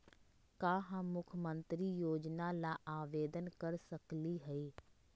का हम मुख्यमंत्री योजना ला आवेदन कर सकली हई?